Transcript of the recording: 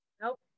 Nope